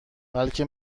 بلکه